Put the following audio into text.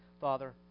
Father